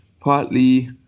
partly